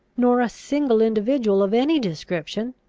nor a single individual of any description,